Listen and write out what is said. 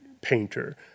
painter